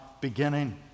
beginning